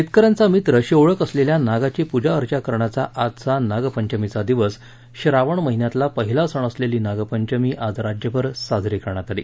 शेतक यांचा मित्र अशी ओळख असलेल्या नागाची पूजाअर्चा करण्याचा आज नागपंचमीचा दिवस श्रावण महिन्यातला पहिला सण असलेली नागपंचमी आज राज्यभर साजरी करण्यात आली